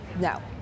No